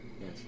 Yes